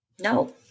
No